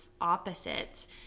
opposites